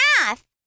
math